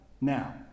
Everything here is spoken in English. Now